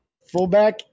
fullback